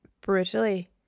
brutally